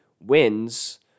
wins